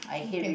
okay